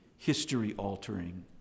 history-altering